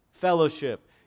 fellowship